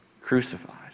Crucified